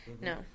No